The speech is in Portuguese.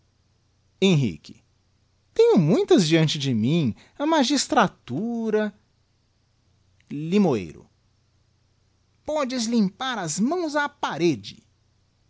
henrique tenho muitas diante de mim a magistratura limoeiro podes limpar as mãos á parede